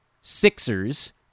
Sixers